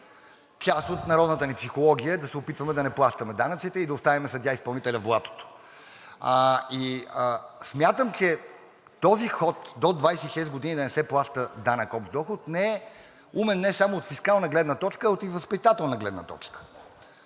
Част от народната ни психология е да се опитваме да не плащаме данъците и да оставим съдия изпълнителя в блатото. Смятам, че този ход до 26 години да не се плаща данък общ доход не е умен не само от фискална гледна точка, а и от възпитателна гледна точка.